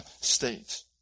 state